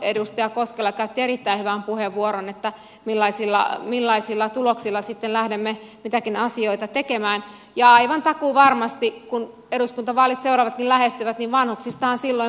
edustaja koskela käytti erittäin hyvän puheenvuoron siitä millaisilla tuloksilla sitten lähdemme mitäkin asioita tekemään ja aivan takuuvarmasti kun seuraavat eduskuntavaalitkin lähestyvät vanhuksistahan silloin puhutaan